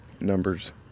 numbers